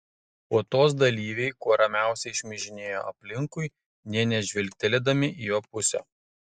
puotos dalyviai kuo ramiausiai šmižinėjo aplinkui nė nežvilgtelėdami į jo pusę